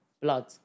blood